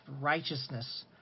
righteousness